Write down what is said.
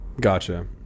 Gotcha